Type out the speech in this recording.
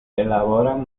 elaboran